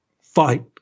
fight